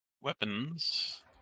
weapons